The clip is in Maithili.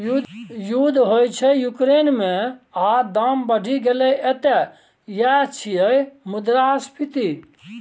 युद्ध होइ छै युक्रेन मे आ दाम बढ़ि गेलै एतय यैह छियै मुद्रास्फीति